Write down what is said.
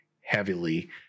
heavily